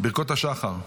ברכות השחר.